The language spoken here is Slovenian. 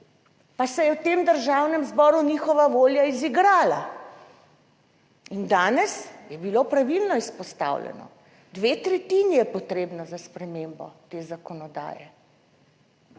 pa se je v tem Državnem zboru njihova volja izigrala in danes je bilo pravilno. Izpostavljeno dve tretjini je potrebno za spremembo te zakonodaje,